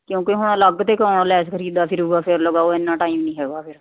ਕਿਉਂਕਿ ਹੁਣ ਅਲੱਗ ਤੇ ਕੌਣ ਲੈਸ ਖਰੀਦਦਾ ਫਿਰੂਗਾ ਫਿਰ ਲਗਾਓ ਐਨਾ ਟਾਈਮ ਨਹੀਂ ਹੈਗਾ ਫਿਰ